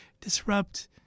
disrupt